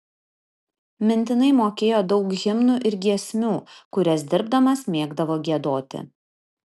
mintinai mokėjo daug himnų ir giesmių kurias dirbdamas mėgdavo giedoti